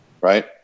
right